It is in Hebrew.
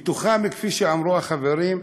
ומתוכם, כפי שאמרו החברים,